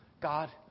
God